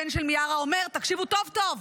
הבן של מיארה אומר, תקשיבו טוב טוב: